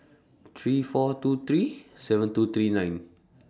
three four two three seven two three nine